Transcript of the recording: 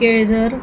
Kelzar